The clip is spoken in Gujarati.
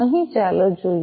અહીં ચાલો જોઈએ